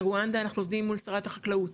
ברואנדה אנחנו עובדים מול משרד החקלאות,